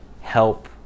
help